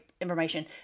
Information